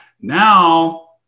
now